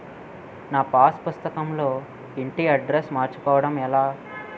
నా పాస్ పుస్తకం లో ఇంటి అడ్రెస్స్ మార్చుకోవటం ఎలా?